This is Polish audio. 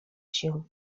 się